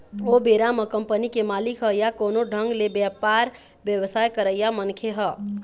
ओ बेरा म कंपनी के मालिक ह या कोनो ढंग ले बेपार बेवसाय करइया मनखे ह